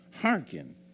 hearken